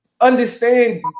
Understand